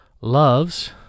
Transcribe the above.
loves